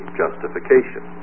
justification